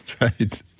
right